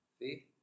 see